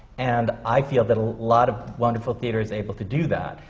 and i feel that a lot of wonderful theatre is able to do that.